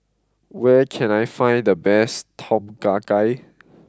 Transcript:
where can I find the best Tom Kha Gai